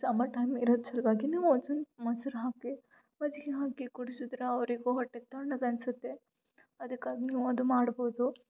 summer time ಇರೋದು ಸಲ್ವಾಗಿ ನೀವು ಒಂದು ಸೊನ್ ಮೊಸ್ರು ಹಾಕಿ ಮಜ್ಜಿಗೆ ಹಾಕಿ ಕುಡಿಸಿದ್ರೆ ಅವರಿಗು ಹೊಟ್ಟೆ ತಣ್ಣಗನ್ಸುತ್ತೆ ಅದಕ್ಕಾಗಿ ನೀವು ಅದು ಮಾಡ್ಬೌದು